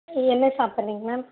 நீங்கள் என்ன சாப்பிடறிங்க மேம்